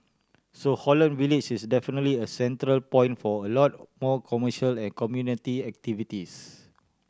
so Holland Village is definitely a central point for a lot more commercial and community activities